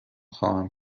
خواهم